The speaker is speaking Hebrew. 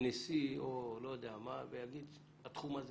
נשיא או לא יודע מה ויגיד, התחום הזה